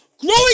growing